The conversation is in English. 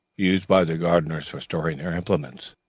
used by the gardeners for storing their implements.